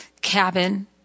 cabin